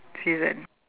season